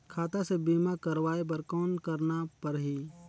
खाता से बीमा करवाय बर कौन करना परही?